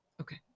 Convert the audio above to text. Okay